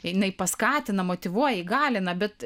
jinai paskatina motyvuoja įgalina bet